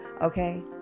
Okay